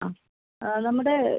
അ നമ്മുടെ